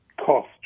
cost